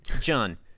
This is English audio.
John